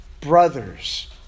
brothers